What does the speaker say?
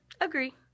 Agree